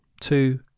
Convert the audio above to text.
Two